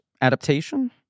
adaptation